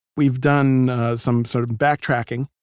we've done some sort of back-tracking.